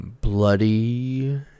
bloody